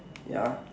ya